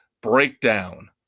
breakdown